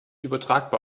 übertragbar